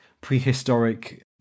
prehistoric